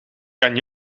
kan